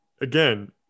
again